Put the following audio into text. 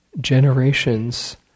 generations